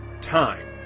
Time